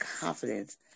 confidence